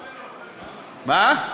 מה?